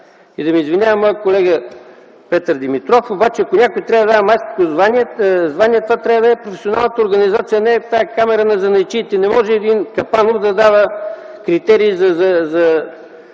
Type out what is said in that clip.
Да ме извинява моят колега Петър Димитров, обаче ако някой трябва да дава майсторско звание, това трябва да е професионалната организация, а не тази камара на занаятчиите. Не може един Капанов да дава критерий за